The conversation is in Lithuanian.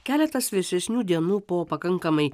keletas vėsesnių dienų po pakankamai